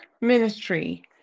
ministry